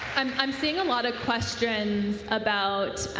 um um seeing a lot of questions about